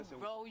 bro